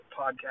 podcast